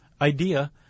idea